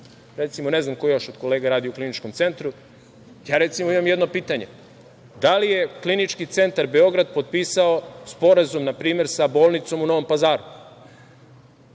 Tasić. Ne znam ko još od kolega radi u kliničkom centru. Ja, recimo, imam jedno pitanje – da li je Klinički centar Beograd potpisao sporazum npr. sa bolnicom u Novom Pazaru